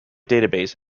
database